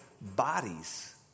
bodies